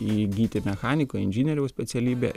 įgyti mechaniko inžinieriaus specialybę